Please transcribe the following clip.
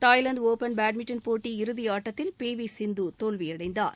Thailand Open badminton போட்டி இறுதியாட்டத்தில் பிவிசிந்துதோல்வியடைந்தார்